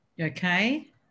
okay